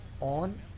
on